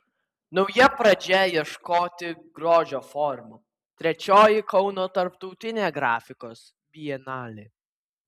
nauja pradžia ieškoti grožio formų trečioji kauno tarptautinė grafikos bienalė